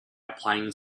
applying